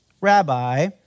rabbi